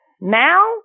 Now